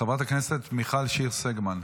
חברת הכנסת מיכל שיר סגמן.